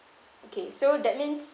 okay so that means